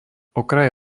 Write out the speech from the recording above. okraj